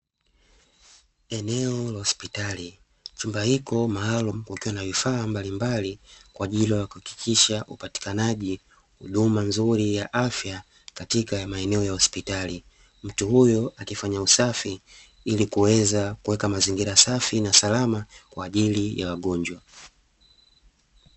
Eneo la hospitali, chumba hiko maalumu kukiwa na vifaa mbalimbali kwa ajili ya kuhakikisha upatikanaji huduma nzuri ya afya katika maeneo ya hospitali, mtu huyo akifanya usafi ilikuweza kuweka mazingira safi na salama kwa ajili ya wagonjwa.